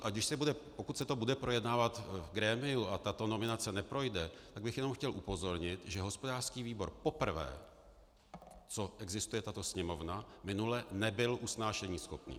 A pokud se to bude projednávat v grémiu a tato nominace neprojde, tak bych jenom chtěl upozornit, že hospodářský výbor poprvé, co existuje tato Sněmovna, minule nebyl usnášeníschopný.